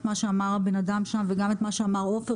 מה שאמר הבן אדם שם וגם את מה שאמר עופר,